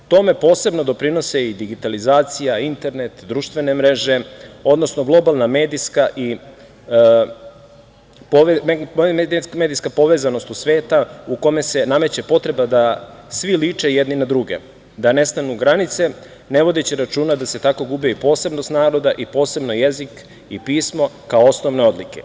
Tome posebno doprinose i digitalizacija, internet, društvene mreže, odnosno globalna medijska povezanost sveta u kome se nameće potreba da svi liče jedni na druge, da nestanu granice, ne vodeći računa da se tako gubi posebnost naroda i posebno jezik i pismo kao osnovne odlike.